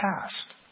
past